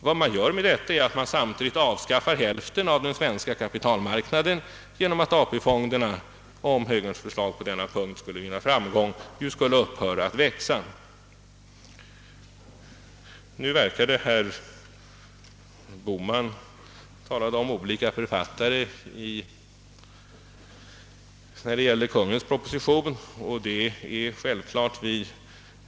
Vad man gör är att man samtidigt avskaffar hälften av den svenska kapitalmark naden, eftersom ATP-fonden, om högerns förslag på denna punkt skulle vinna framgång, skulle upphöra att växa. Herr Bohman talade om olika författare när det gäller Kungl. Maj:ts proposition.